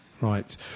Right